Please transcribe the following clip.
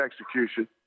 execution